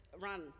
run